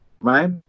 Right